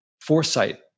foresight